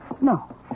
no